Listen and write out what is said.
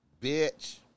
Bitch